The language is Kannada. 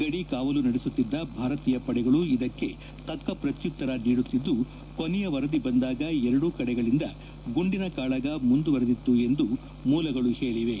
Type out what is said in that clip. ಗಡಿ ಕಾವಲು ನಡೆಸುತ್ತಿದ್ದ ಭಾರತೀಯ ಪಡೆಗಳು ಇದಕ್ಕೆ ತಕ್ಕ ಪ್ರಕ್ಷುತ್ತರ ನೀಡುತ್ತಿದ್ದು ಕೊನೆಯ ವರದಿ ಬಂದಾಗ ಎರಡೂ ಕಡೆಗಳಿಂದ ಗುಂಡಿನ ಕಾಳಗ ಮುಂದುವರೆದಿತ್ತು ಎಂದು ಮೂಲಗಳು ಹೇಳಿವೆ